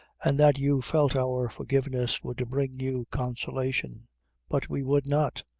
an' that you felt our forgiveness would bring you consolation but we would not.